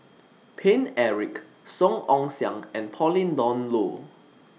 Paine Eric Song Ong Siang and Pauline Dawn Loh